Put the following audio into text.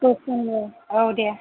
औ दे